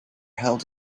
held